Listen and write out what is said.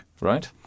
right